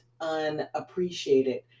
unappreciated